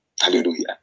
Hallelujah